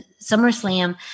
SummerSlam